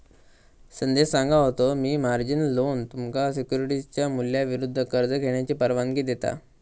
संदेश सांगा होतो की, मार्जिन लोन तुमका सिक्युरिटीजच्या मूल्याविरुद्ध कर्ज घेण्याची परवानगी देता